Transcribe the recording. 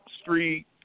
street